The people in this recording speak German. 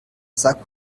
sah